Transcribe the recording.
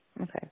Okay